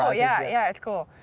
ah yeah, yeah, it's cool.